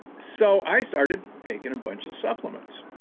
so i started taking a bunch of supplements.